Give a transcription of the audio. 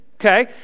Okay